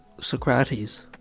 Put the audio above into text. Socrates